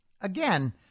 again